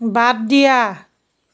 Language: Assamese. বাদ দিয়া